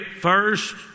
first